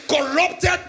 corrupted